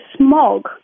smog